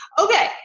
Okay